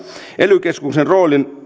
ely keskusten roolin